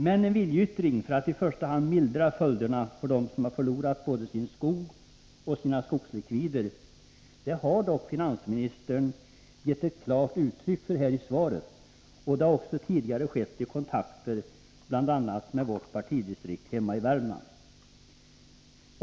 Men en viljeyttring för att i första hand mildra följderna för dem som har förlorat både sin skog och sina skogslikvider visar dock finansministern klart i sitt svar. Det har också tidigare skett i kontakter bl.a. med vårt partidistrikt hemma i Värmland.